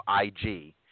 IG